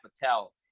patel